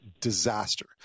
disaster